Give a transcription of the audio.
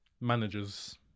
Managers